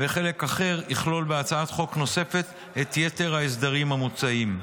וחלק אחר יכלול בהצעת חוק נוספת את יתר ההסדרים המוצעים.